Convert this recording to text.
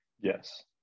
Yes